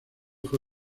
fue